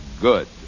good